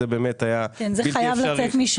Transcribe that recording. זה חייב לצאת.